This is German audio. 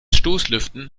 stoßlüften